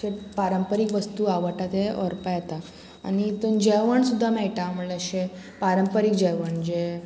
अशें पारंपारीक वस्तू आवडटा ते व्हरपा येता आनी तितून जेवण सुद्दां मेळटा म्हणल्यार अशें पारंपारीक जेवण जें